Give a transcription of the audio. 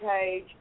page